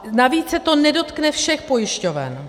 Navíc se to nedotkne všech pojišťoven.